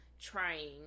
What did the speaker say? trying